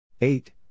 Eight